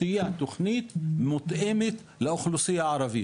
התוכנית תהיה מותאמת לאוכלוסייה הערבית.